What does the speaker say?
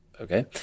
Okay